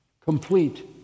Complete